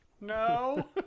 No